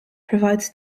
provides